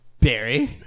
Barry